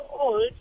old